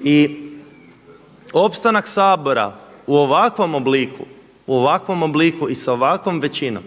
I opstanak Sabora u ovakvom obliku i sa ovakvom većinom,